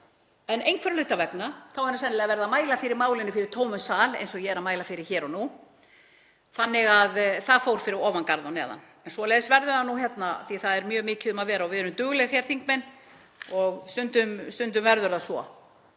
en einhverra hluta vegna, sennilega hefur hann verið að mæla fyrir málinu fyrir tómum sal eins og ég er að mæla fyrir hér og nú, fór það fyrir ofan garð og neðan. En svoleiðis verður það nú hérna því að það er mjög mikið um að vera og við erum dugleg hér, þingmenn, og stundum verður það svo